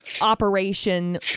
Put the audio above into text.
operation